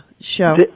show